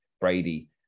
Brady